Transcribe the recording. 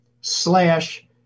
slash